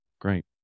Great